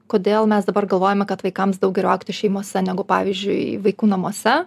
kodėl mes dabar galvojame kad vaikams daug geriau augti šeimose negu pavyzdžiui vaikų namuose